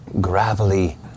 gravelly